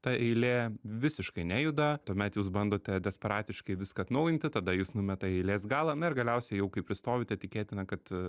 ta eilė visiškai nejuda tuomet jūs bandote desperatiškai viską atnaujinti tada jus numeta į eilės galą na ir galiausiai jau kai pristovite tikėtina kad